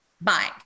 bye